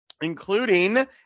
including